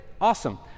Awesome